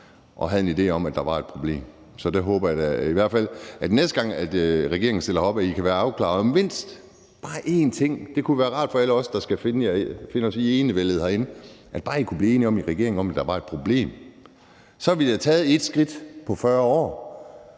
og havde en idé om, at der var et problem. Så jeg håber da, at regeringen, næste gang den stiller op, kan være afklaret om bare en enkelt ting. Det kunne være rart for alle os, der skal finde os i enevældet herinde. Bare man kunne blive enige om i regeringen, at der var et problem, så ville vi da have taget ét skridt på 40 år,